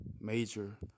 major